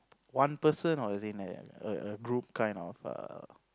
one person or is it in a a group kind of err